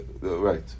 Right